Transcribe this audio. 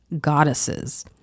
goddesses